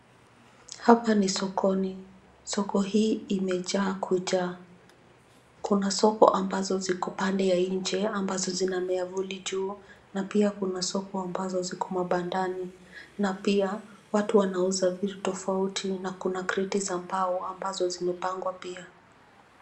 Hapa ni sokoni, soko hii imejaa bidhaa. Kuna soko abazo ziko pande ya nje, ambazo zina miavuli juu na pia kuna soko ambazo ziko mapandani na pia watu wanauza vitu tafauti na kuna kredi za mbao ambazo zimepangwa pia.